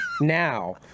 now